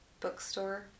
bookstore